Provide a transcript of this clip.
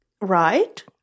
Right